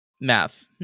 Math